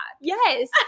Yes